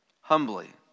humbly